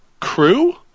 Crew